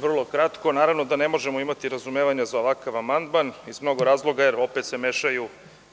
Vrlo kratko. Naravno da ne možemo imati razumevanja za ovakav amandman iz mnogo razloga, jer se opet mešaju